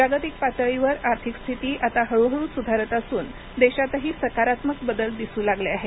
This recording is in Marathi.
जागतिक पातळीवर आर्थिक स्थिती आता हळूहळू सुधारत असून देशातही सकारात्मक बदल दिसू लागले आहेत